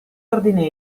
ordine